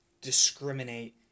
discriminate